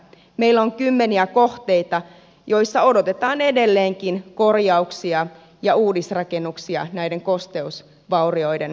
meillä on kymmeniä kohteita joissa odotetaan edelleenkin korjauksia ja uudisrakennuksia näiden kosteusvaurioiden korjaamiseksi